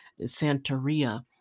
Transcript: Santeria